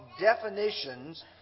definitions